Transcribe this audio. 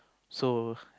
so